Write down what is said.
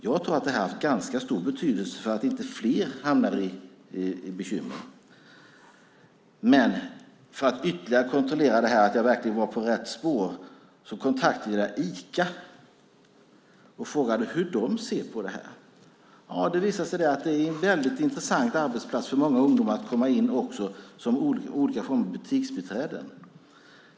Jag tror att det har haft ganska stor betydelse för att inte fler har hamnat i bekymmer. För att ytterligare kontrollera att jag verkligen var på rätt spår kontaktade jag Ica och frågade hur de ser på detta. Det visade sig att det är en väldigt intressant arbetsplats för många ungdomar som vill komma in som butiksbiträden i olika former.